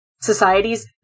societies